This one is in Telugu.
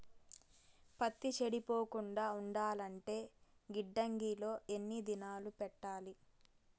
పత్తి చెడిపోకుండా ఉండాలంటే గిడ్డంగి లో ఎన్ని దినాలు పెట్టాలి?